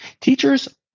Teachers